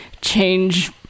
change